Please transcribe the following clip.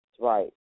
right